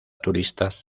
turistas